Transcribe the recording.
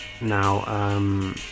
now